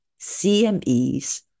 CMEs